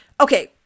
Okay